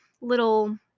little